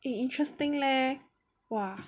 eh interesting leh !wah!